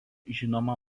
žinoma